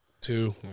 two